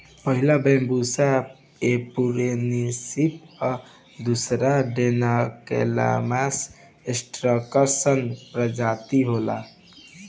पहिला Bambusa arundinacea आ दूसरका डेन्ड्रोकैलामस स्ट्रीक्ट्स प्रजाति होला